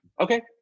okay